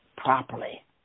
Properly